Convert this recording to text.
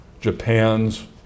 Japan's